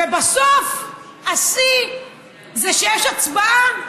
ובסוף, השיא זה כשיש הצבעה: